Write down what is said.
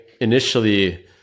initially